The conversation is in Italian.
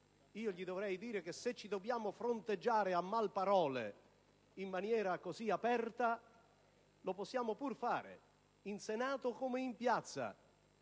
gli direi che se ci dobbiamo fronteggiare a male parole in maniera così aperta lo possiamo pure fare, in Senato come in piazza.